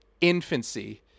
infancy